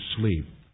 sleep